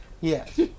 Yes